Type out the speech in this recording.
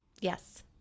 Yes